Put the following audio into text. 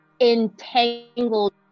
entangled